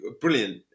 brilliant